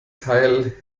teil